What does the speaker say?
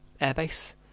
airbase